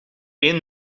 één